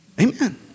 Amen